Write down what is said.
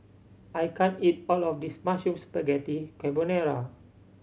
I can't eat all of this Mushroom Spaghetti Carbonara